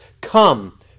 Come